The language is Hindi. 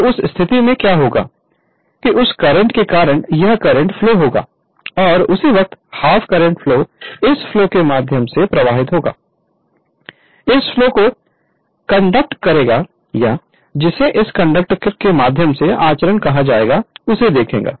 तो उस स्थिति में क्या होगा कि उस करंट के कारण यह करंट फ्लो होगा और उसी वक्त हाफ करंट फ्लो इस फ्लो के माध्यम से प्रवाहित होगा इस फ्लो को कंडक्ट करेगा या जिसे इस कंडक्टर के माध्यम से आचरण कहा जाएगा उसे देखेगा